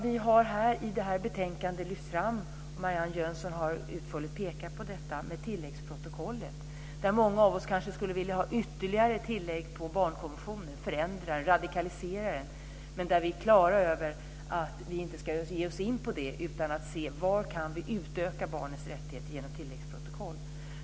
Vi har i detta betänkande lyft fram tilläggsprotokollet, och Marianne Jönsson har utförligt pekat på detta. Många av oss kanske skulle vilja ha ytterligare tillägg till barnkonventionen och förändra och radikalisera den. Men vi är klara över att vi inte ska ge oss in på det utan se var vi kan utöka barnets rättigheter genom tilläggsprotokoll.